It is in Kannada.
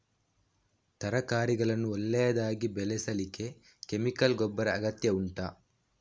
ತರಕಾರಿಗಳನ್ನು ಒಳ್ಳೆಯದಾಗಿ ಬೆಳೆಸಲಿಕ್ಕೆ ಕೆಮಿಕಲ್ ಗೊಬ್ಬರದ ಅಗತ್ಯ ಉಂಟಾ